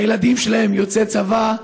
הילדים שלהם יוצאי צבא,